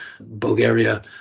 Bulgaria